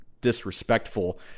disrespectful